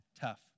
tough